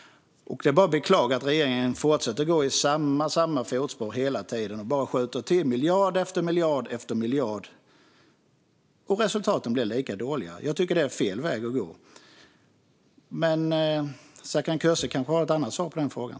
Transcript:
Det är bara att beklaga att regeringen fortsätter att gå i samma fotspår hela tiden och bara skjuter till miljard efter miljard, och resultaten blir lika dåliga. Jag tycker att det är fel väg att gå. Men Serkan Köse kanske har ett annat svar på den frågan.